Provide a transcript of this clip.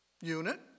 unit